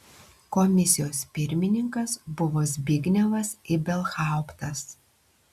komisijos pirmininkas buvo zbignevas ibelhauptas